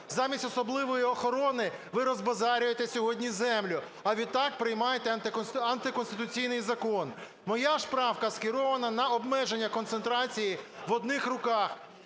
Замість особливої охорони ви розбазарюєте сьогодні землю, а відтак приймаєте антиконституційний закон. Моя ж правка скерована на обмеження концентрації в одних руках.